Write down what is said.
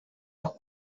los